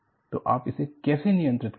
तो आप इसे कैसे नियंत्रित करेंगे